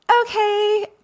okay